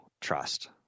trust